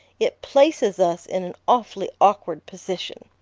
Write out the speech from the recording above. it places us in an awfully awkward position.